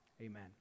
Amen